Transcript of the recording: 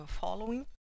following